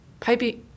Pipey